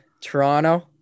Toronto